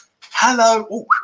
Hello